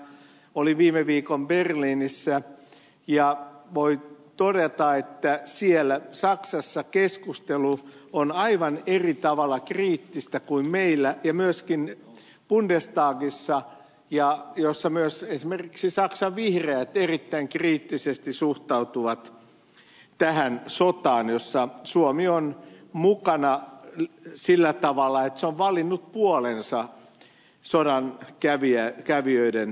olin viime viikon berliinissä ja voin todeta että siellä saksassa keskustelu on aivan eri tavalla kriittistä kuin meillä ja myöskin bundestagissa missä myös esimerkiksi saksan vihreät erittäin kriittisesti suhtautuvat tähän sotaan jossa suomi on mukana sillä tavalla että se on valinnut puolensa sodan kävijöiden välillä